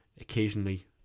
occasionally